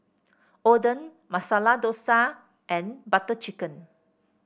Oden Masala Dosa and Butter Chicken